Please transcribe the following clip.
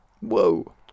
Whoa